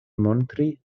montri